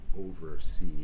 oversee